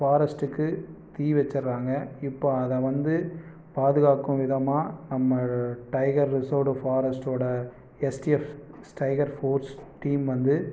ஃபாரஸ்ட்டுக்கு தீ வச்சிறாங்க இப்போ அத வந்து பாதுகாக்கும் விதமா நம்ம டைகர் ரிஸர்வ்டு ஃபாரஸ்ட்டோட எஸ்டிஎஃப் டைகர் ஃபோர்ஸ் டீம் வந்து